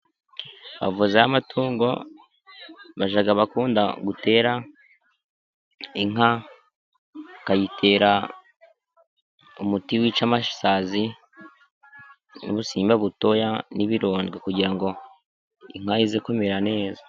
Bavuze aho amatungo, bajya bakunda gutera inka, bakayitera umuti wica ama, isazi, ubusimba butoya, n'ibirondwe, kugira ngo inka izekumera neza.